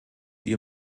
ihr